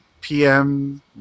PM